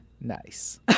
Nice